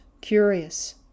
curious